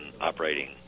operating